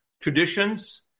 traditions